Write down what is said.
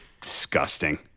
Disgusting